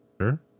Sure